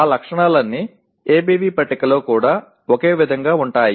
ఆ లక్షణాలన్నీ ABV పట్టికలో కూడా ఒకే విధంగా ఉంటాయి